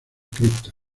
cripta